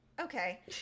okay